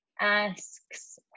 asks